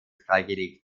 freigelegt